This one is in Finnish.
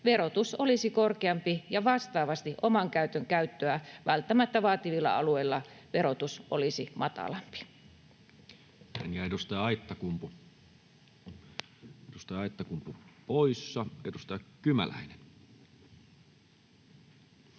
verotus olisi korkeampi, ja vastaavasti oman auton käyttöä välttämättä vaativilla alueilla verotus olisi matalampi.